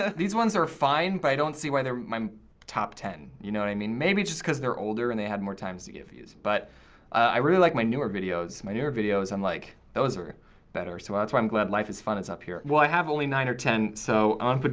ah these ones are fine, but i don't see why they're my top ten, you know what i mean? maybe just cause they're older and they had more time to get views, but i really like my newer videos. my newer videos, i'm like, those are better, so that's why i'm glad life is fun is up here. well, i have only nine or ten, so i'm gonna put